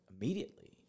immediately